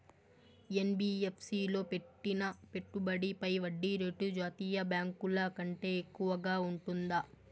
NBFC లో పెట్టిన పెట్టుబడి పై వడ్డీ రేటు జాతీయ బ్యాంకు ల కంటే ఎక్కువగా ఉంటుందా?